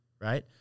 right